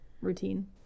routine